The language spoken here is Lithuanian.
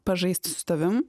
pažaisti su tavim